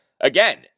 again